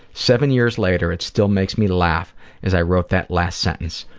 seven years later it still makes me laugh as i wrote that last sentence.